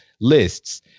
lists